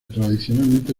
tradicionalmente